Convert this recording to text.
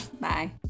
Bye